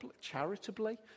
charitably